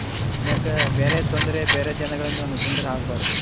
ಮ ಮೇಕೇ ಬೇರೆ ತೊಂದರೆ ಬೇರೆ ಜನಗಳಿಂದ ನಮಗೆ ತೊಂದರೆ ಆಗಬಾರದು